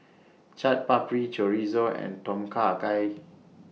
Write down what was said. Chaat Papri Chorizo and Tom Kha Gai